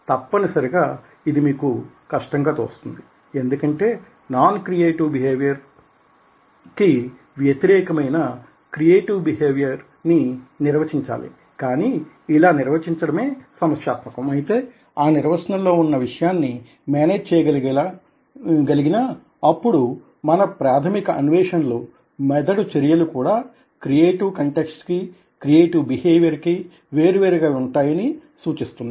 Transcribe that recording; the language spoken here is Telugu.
తప్పనిసరిగా ఇది మీకు కష్టంగా తోస్తుంది ఎందుకంటే నాన్ క్రియేటివ్ బిహేవియర్ కి వ్యతిరేకమైన క్రియేటివ్ బిహేవియర్ ని నిర్వచించాలి కానీ ఇలా నిర్వచిమడమే సమస్యాత్మకం అయితే ఆ నిర్వచనం లో వున్న విషయాన్ని మేనేజ్ చేయగలిగినా అప్పుడు మన ప్రాధమిక అన్వేషణలు మెదడు చర్యలు కూడా క్రియేటివె కంటెక్స్ట్సె కీ క్రియేటివ్ బిహేవియర్ కీ వేరు వేరుగా వుంటాయని సూచిస్తున్నాయి